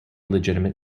legitimate